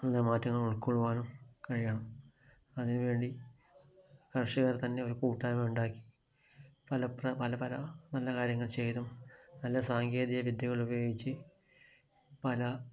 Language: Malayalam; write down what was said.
നല്ല മാറ്റങ്ങൾ ഉൾക്കൊള്ളുവാനും കഴിയണം അതിനു വേണ്ടി കർഷകർ തന്നെ ഒരു കൂട്ടായ്മ ഉണ്ടാക്കി പല പല നല്ല കാര്യങ്ങൾ ചെയ്തും നല്ല സാങ്കേതിക വിദ്യകൾ ഉയോഗിച്ചു പല